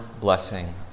blessing